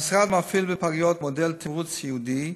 המשרד מפעיל בפגיות מודל תמרוץ ייעודי,